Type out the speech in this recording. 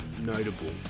notable